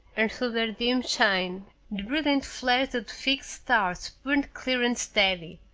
and through their dim shine the brilliant flares of the fixed stars burned clear and steady,